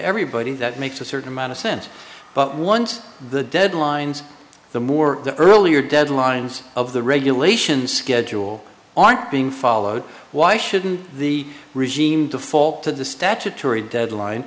everybody that makes a certain amount of sense but once the deadlines the more the earlier deadlines of the regulations schedule aren't being followed why shouldn't the regime default to the statutory deadline